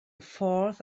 forth